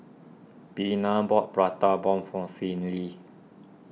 Bina bought Prata Bomb for Finley